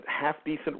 half-decent